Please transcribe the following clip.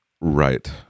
Right